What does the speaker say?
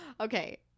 Okay